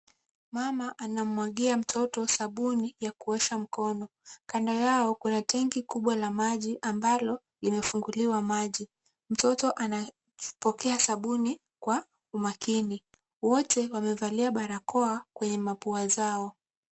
Mama anamwagia mtoto sabuni ya kuosha mkono. Kando yao Kuna tengi kubwa la maji ambalo imefunguliwa maji. Mtoto anapokea sabuni kwa umakini. Wote wamevalia barakoa kwenye mapua zao.